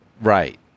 Right